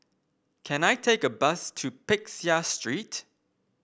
can I take a bus to Peck Seah Street